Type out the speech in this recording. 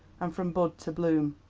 and from bud to bloom.